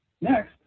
Next